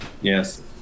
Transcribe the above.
Yes